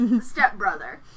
Stepbrother